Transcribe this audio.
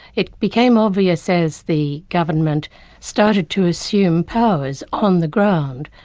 it became obvious as the government started to assume powers on the ground,